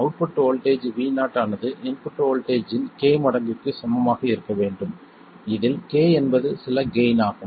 output voltage Vo ஆனது input voltage இன் k மடங்குக்கு சமமாக இருக்க வேண்டும் இதில் k என்பது சில கெய்ன் ஆகும்